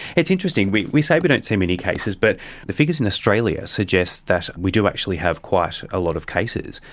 it's interesting, we we say we don't see many cases but the figures in australia suggest that we do actually have quite a lot of cases.